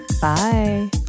Bye